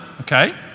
okay